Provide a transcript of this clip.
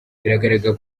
biragaragara